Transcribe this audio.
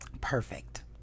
perfect